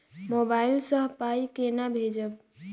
Mobile सँ पाई केना भेजब?